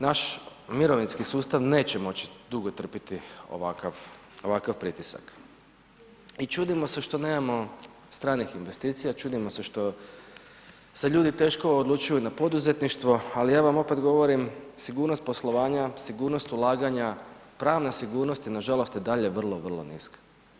Naš mirovinski sustav neće moći dugo trpiti ovakav pritisak i čudimo se što nemamo stranih investicija, čudimo se što se ljudi teško odlučuju na poduzetništvo, ali ja vam opet govorim sigurnost poslovanja, sigurnost ulaganja, pravna sigurnost je nažalost i dalje vrlo, vrlo niska.